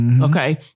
Okay